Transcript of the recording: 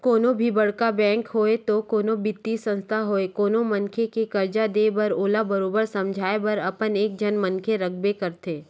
कोनो भी बड़का बेंक होवय ते कोनो बित्तीय संस्था होवय कोनो मनखे के करजा देय बर ओला बरोबर समझाए बर अपन एक झन मनखे रखबे करथे